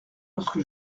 lorsque